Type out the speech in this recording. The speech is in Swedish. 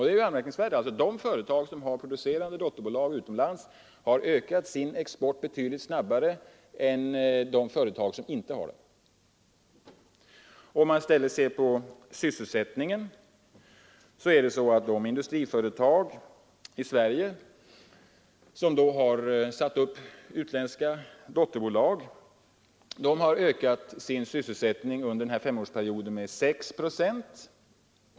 Det är anmärkningsvärt att de företag som har producerande dotterbolag utomlands ökade sin export betydligt mer än andra företag. Vad beträffar sysselsättningen är det så att de industriföretag i Sverige som har utländska dotterbolag under denna femårsperiod ökade sin sysselsättning med 6 procent.